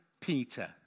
Peter